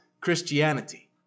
Christianity